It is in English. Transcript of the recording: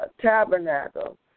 tabernacle